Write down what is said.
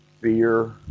fear